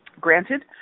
Granted